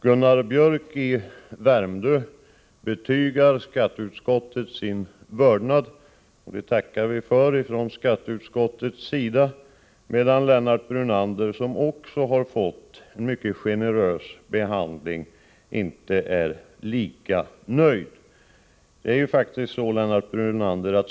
Gunnar Biörck i Värmdö betygar skatteutskottet sin vördnad. Det tackar vi för från skatteutskottets sida. Lennart Brunander, vars motion också har fått en mycket generös behandling, är inte lika nöjd.